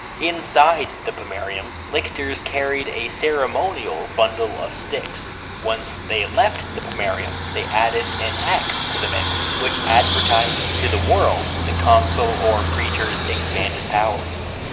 inside the pomerium, lictors carried a ceremonial bundle of sticks. once they left the pomerium, they added an axe to the mix, which advertised to the world the consul or praetor's expanded powers.